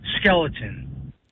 skeleton